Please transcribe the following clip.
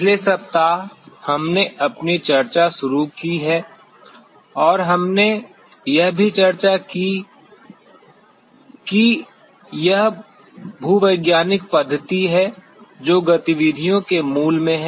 पिछले सप्ताह हमने अपनी चर्चा शुरू की और हमने यह भी चर्चा की कि यह भूवैज्ञानिक पद्धति है जो गतिविधियों के मूल में है